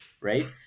right